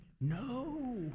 No